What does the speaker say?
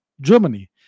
Germany